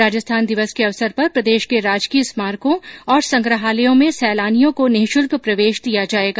राजस्थान दिवस के अवसर पर प्रदेश के राजकीय स्मारकों और संग्रहालयों में सैलानियों को निःशुल्क प्रवेश दिया जाएगा